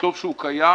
וטוב שהוא קיים,